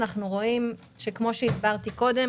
כפי שהסברתי קודם,